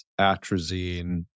atrazine